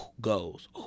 goes